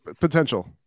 potential